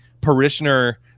parishioner